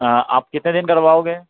हाँ आप कितने दिन करवाओगे